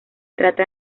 trata